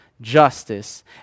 justice